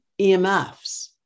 EMFs